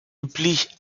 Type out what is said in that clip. üblich